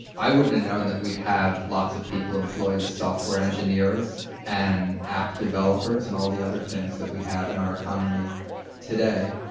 i wouldn't have known that we'd have lots of people employed as software engineers and app developers and all the other things that we have in our economy today.